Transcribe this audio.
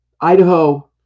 Idaho